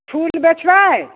फूल बेचबै